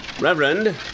Reverend